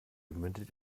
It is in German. mündet